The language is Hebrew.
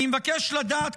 אני מבקש לדעת,